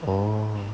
oh